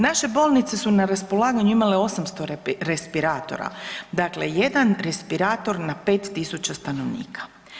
Naše bolnice su na raspolaganju imale 800 respiratora, dakle 1 respirator na 5000 stanovnika.